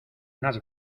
unas